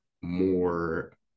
more